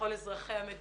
לכל אזרחי המדינה.